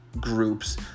groups